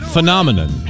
Phenomenon